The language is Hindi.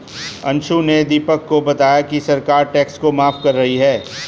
अंशु ने दीपक को बताया कि सरकार टैक्स को माफ कर रही है